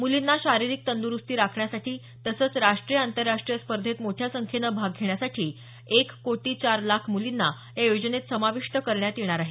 मुलींना शारिरीक तंदुरुस्ती राखण्यासाठी तसंच राष्ट्रीय आंतरराष्ट्रीय स्पर्धेत मोठ्या संख्येनं भाग घेण्यासाठी एक कोटी चार लाख मुलींना या योजनेत समाविष्ट करण्यात येणार आहे